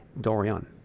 Dorian